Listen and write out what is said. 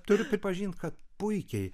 turiu pripažint kad puikiai